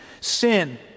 Sin